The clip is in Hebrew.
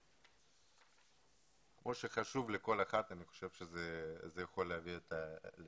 לא מכיר את כולם